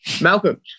Malcolm